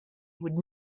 would